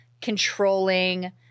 controlling